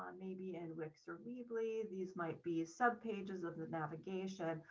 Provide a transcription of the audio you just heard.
ah maybe in wix or weebly, these might be sub pages of the navigation.